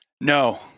No